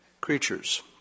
creatures